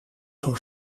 door